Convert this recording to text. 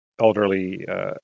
elderly